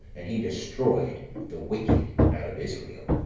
and he destroyed the wicked out of israel.